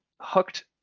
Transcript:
hooked